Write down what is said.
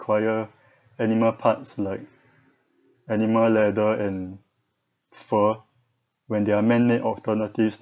require animal parts like animal leather and fur when there are man-made alternatives